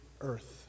earth